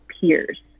peers